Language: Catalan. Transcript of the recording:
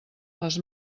les